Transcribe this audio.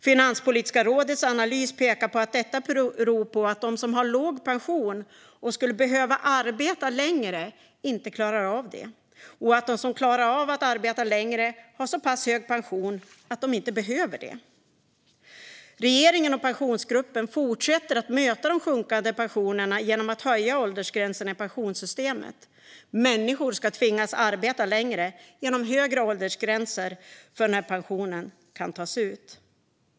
Finanspolitiska rådets analys pekar på att detta beror på att de som har låg pension och som skulle behöva arbeta längre inte klarar av det och att de som klarar av att arbeta längre har så pass hög pension att de inte behöver det. Regeringen och Pensionsgruppen fortsätter att möta de sjunkande pensionerna med att höja åldersgränserna i pensionssystemet. Människor ska tvingas arbeta längre genom högre åldersgränser för när pensionen kan tas ut.